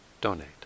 donate